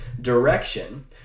direction